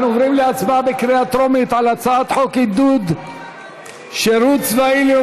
אנחנו עוברים להצבעה בקריאה טרומית על הצעת חוק עידוד שירות צבאי,